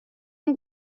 اون